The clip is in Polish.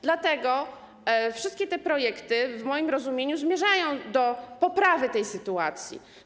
Dlatego wszystkie te projekty w moim rozumieniu zmierzają do poprawy tej sytuacji.